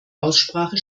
aussprache